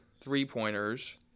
three-pointers